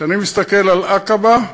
כשאני מסתכל על עקבה,